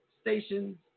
stations